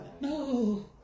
No